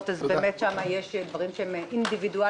אז באמת שם יש דברים שהם אינדיבידואליים.